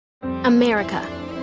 America